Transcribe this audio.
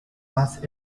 más